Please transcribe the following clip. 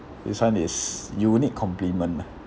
this one is unique compliment ah